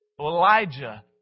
Elijah